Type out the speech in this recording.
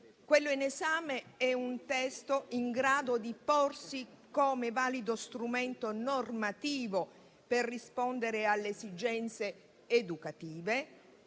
Quello in esame è un testo in grado di porsi come valido strumento normativo per rispondere alle esigenze educative,